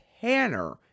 Tanner